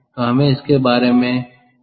तो हमें इसके बारे में पता होना चाहिए